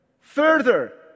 further